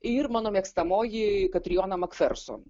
ir mano mėgstamoji katrijona makferson